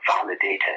validated